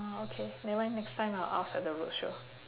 orh okay never mind next time I will ask at the roadshow